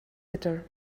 bitter